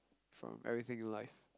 from everything in life